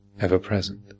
ever-present